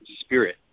spirit